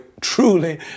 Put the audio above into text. truly